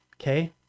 okay